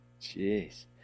Jeez